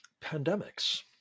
pandemics